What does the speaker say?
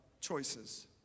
choices